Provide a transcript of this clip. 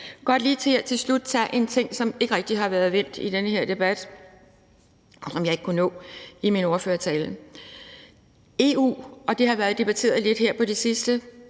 vil her til slut godt lige tage en ting op, som ikke rigtig har været vendt i den her debat, og som jeg ikke kunne nå i min ordførertale, nemlig EU. Det har været debatteret lidt her på det sidste.